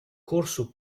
corso